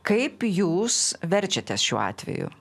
kaip jūs verčiatės šiuo atveju